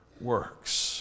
works